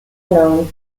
known